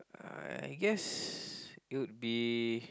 I guess it'll be